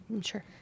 Sure